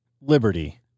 Liberty